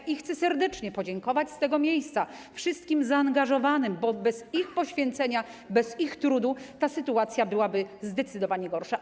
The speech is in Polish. I chcę serdecznie podziękować z tego miejsca wszystkim zaangażowanym, bo bez ich poświęcenia, bez ich trudu ta sytuacja byłaby zdecydowanie gorsza.